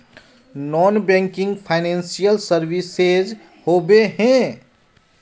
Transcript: Non banking financial services होबे है?